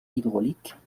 hydrauliques